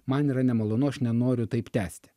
man yra nemalonu aš nenoriu taip tęsti